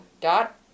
dot